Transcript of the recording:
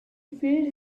filled